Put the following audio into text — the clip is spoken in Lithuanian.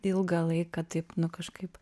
ilgą laiką taip nu kažkaip